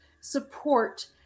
support